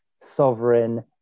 sovereign